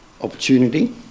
opportunity